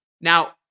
Now